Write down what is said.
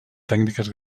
tècniques